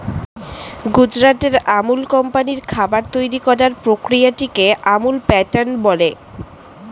গুজরাটের আমুল কোম্পানির খাবার তৈরি করার প্রক্রিয়াটিকে আমুল প্যাটার্ন বলে